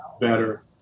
better